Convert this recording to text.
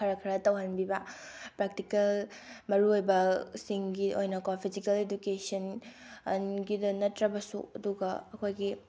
ꯈꯔ ꯈꯔ ꯇꯧꯍꯟꯕꯤꯕ ꯄ꯭ꯔꯥꯛꯇꯤꯀꯦꯜ ꯃꯔꯨ ꯑꯣꯏꯕꯁꯤꯡꯒꯤ ꯑꯣꯏꯅꯀꯣ ꯐꯤꯖꯤꯀꯦꯜ ꯏꯗꯨꯀꯦꯁꯟꯒꯤꯗ ꯅꯠꯇ꯭ꯔꯕꯁꯨ ꯑꯗꯨꯒ ꯑꯩꯈꯣꯏꯒꯤ